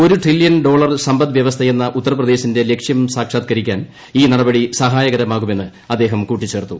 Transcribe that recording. ഒരു trillion dollar സമ്പദ് വ്യവസ്ഥയെന്ന ഉത്തർപ്രദേശിന്റെ ലുക്കൂട്ടും സാക്ഷാത്കരിക്കാൻ ഈ നടപടി സഹായകരമാകുമെന്ന് അദ്ദേഷ്ട് ്കൂട്ടിച്ചേർത്തു